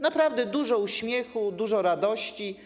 Naprawdę dużo uśmiechu, dużo radości.